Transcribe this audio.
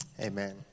Amen